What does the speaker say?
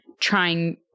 trying